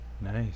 Nice